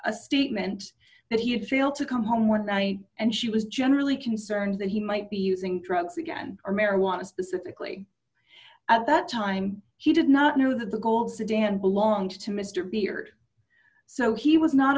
a statement that he had failed to come home when i and she was generally concerned that he might be using drugs again or marijuana specifically at that time he did not know that the gold sedan belonged to mr beard so he was not